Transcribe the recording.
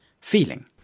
feeling